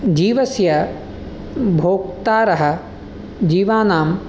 जीवस्य भोक्तारः जीवानां